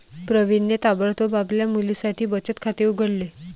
प्रवीणने ताबडतोब आपल्या मुलीसाठी बचत खाते उघडले